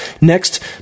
Next